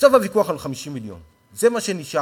בסוף הוויכוח הוא על 50 מיליון, זה מה שנשאר.